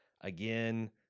again